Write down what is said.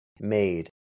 made